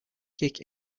kick